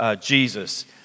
Jesus